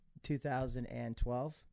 2012